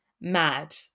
mad